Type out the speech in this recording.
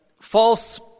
false